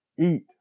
Eat